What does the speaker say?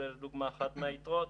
אחת הדוגמאות מהיתרות,